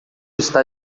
está